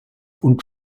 und